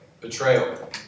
Betrayal